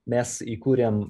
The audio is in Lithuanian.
mes įkūrėm